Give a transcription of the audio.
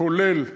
כולל אותי,